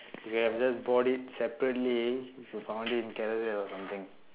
you could have just bought it separately if you found it in carousell or something